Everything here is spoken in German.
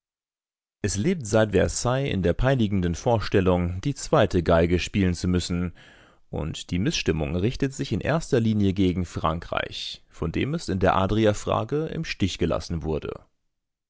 es lebt seit versailles in der peinigenden vorstellung die zweite geige spielen zu müssen und die mißstimmung richtet sich in erster linie gegen frankreich von dem es in der adriafrage im stich gelassen wurde